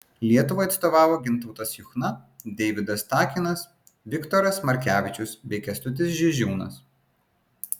lietuvai atstovavo gintautas juchna deividas takinas viktoras markevičius bei kęstutis žižiūnas